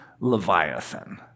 Leviathan